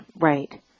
Right